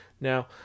now